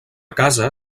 casa